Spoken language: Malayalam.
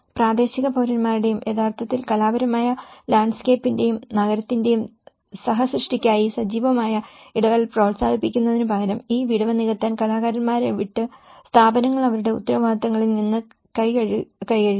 പ്രാദേശിക പൌരന്മാരുമായും യഥാർത്ഥത്തിൽ കലാപരമായ ലാൻഡ്സ്കേപ്പിന്റെയും നഗരത്തിന്റെയും സഹസൃഷ്ടിക്കായി സജീവമായ ഇടപെടൽ പ്രോത്സാഹിപ്പിക്കുന്നതിനുപകരം ഈ വിടവ് നികത്താൻ കലാകാരന്മാരെ വിട്ട് സ്ഥാപനങ്ങൾ അവരുടെ ഉത്തരവാദിത്തങ്ങളിൽ നിന്ന് കൈ കഴുകി